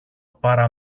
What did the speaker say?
παρά